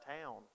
town